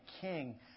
king